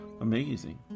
Amazing